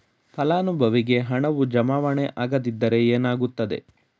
ಫಲಾನುಭವಿಗೆ ಹಣವು ಜಮಾವಣೆ ಆಗದಿದ್ದರೆ ಏನಾಗುತ್ತದೆ?